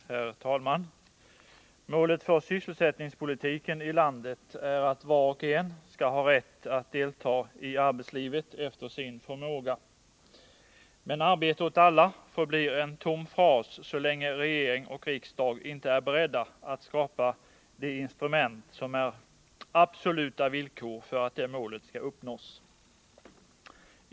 Herr talman! Målet för sysselsättningspolitiken i landet är att var och en skall ha rätt att delta i arbetslivet efter sin förmåga. Men ”arbete åt alla” förblir en tom fras så länge regering och riksdag inte är beredda att skapa de instrument som är absoluta villkor för att det målet skall uppnås.